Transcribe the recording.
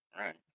Right